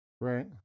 Right